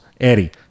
Eddie